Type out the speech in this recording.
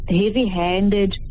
heavy-handed